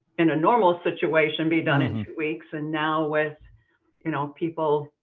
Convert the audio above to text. in a normal situation, be done in two weeks, and now with you know people